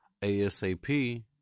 ASAP